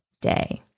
day